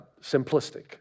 simplistic